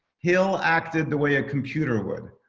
hill acted the way a computer would.